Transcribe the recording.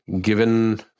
Given